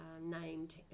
named